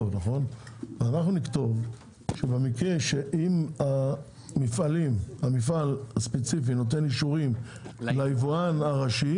אנחנו נכתוב שבמקרה שהמפעל הספציפי נותן אישורים ליבואן הראשי